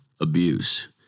abuse